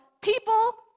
people